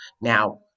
now